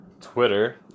twitter